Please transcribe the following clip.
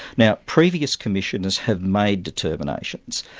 now previous commissioners have made determinations,